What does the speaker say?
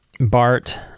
Bart